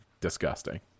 disgusting